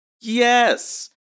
Yes